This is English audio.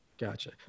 Gotcha